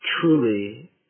truly